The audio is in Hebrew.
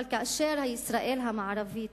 אבל כאשר ישראל המערבית,